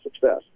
success